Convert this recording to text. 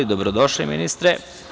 Dobrodošli, ministre.